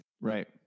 Right